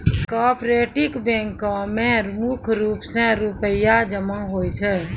cooperative बैंको म मुख्य रूप से रूपया जमा होय छै